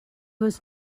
was